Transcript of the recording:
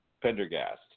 Pendergast